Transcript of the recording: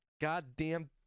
goddamn